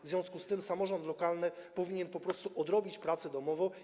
W związku z tym samorząd lokalny powinien po prostu odrobić pracę domową.